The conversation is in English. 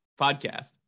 podcast